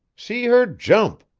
see her jump!